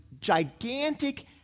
gigantic